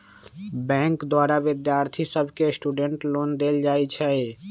bank द्वारा विद्यार्थि सभके स्टूडेंट लोन देल जाइ छइ